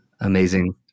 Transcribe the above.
Amazing